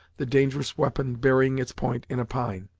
the dangerous weapon burying its point in a pine.